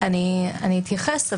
אני אתייחס.